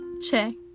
Che